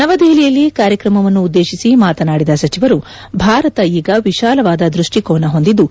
ನವದೆಹಲಿಯಲ್ಲಿ ಕಾರ್ಯಕ್ರಮವನ್ನು ಉದ್ದೇತಿಸಿ ಮಾತನಾಡಿದ ಸಚಿವರು ಭಾರತ ಈಗ ವಿಶಾಲವಾದ ದೃಷ್ಟಿಕೋನ ಹೊಂದಿದ್ದು